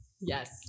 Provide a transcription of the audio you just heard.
yes